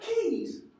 keys